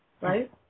right